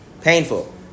Painful